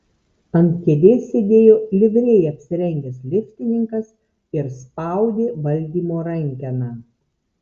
ant kėdės sėdėjo livrėja apsirengęs liftininkas ir spaudė valdymo rankeną